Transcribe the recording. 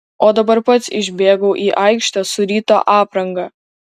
o dabar pats išbėgau į aikštę su ryto apranga